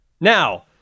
now